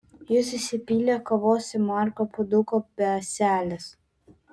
jis įsipylė kavos į margą puoduką be ąselės